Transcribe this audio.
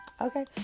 Okay